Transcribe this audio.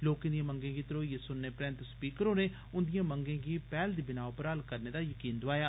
लोकें दिए मंगें गी धरोईयें सुनने परैंत स्पीकर होरें उन्दिएं मंगें गी पैहल दी बिनाह पर हल करने दा यकीन दोआया